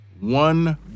one